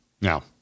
Now